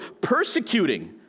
persecuting